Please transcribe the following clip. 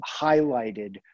highlighted